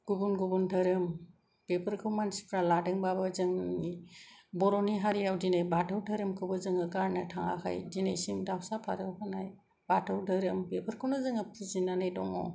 गुबुन गुबुन धोरोम बेफोरखौ मानसिफ्रा लादोंबाबो जोङो बर'नि हारियाव दिनै बाथौ धोरोमखौबो गारनो थाङाखै दिनैसिम दाउसा फारौ होनाय बेफोरखौनो जों फुजिनानै दङ